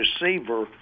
receiver